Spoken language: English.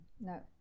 No